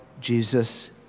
Jesus